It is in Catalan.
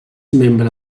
membre